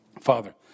Father